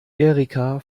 erika